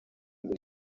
ngo